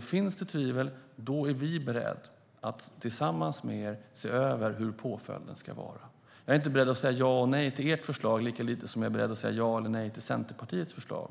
Finns det tvivel är vi beredda att tillsammans med er se över hur påföljderna ska vara. Jag är inte beredd att säga ja eller nej till Moderaternas förslag, lika lite som jag är beredd att säga ja eller nej till Centerpartiets förslag.